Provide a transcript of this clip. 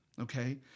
Okay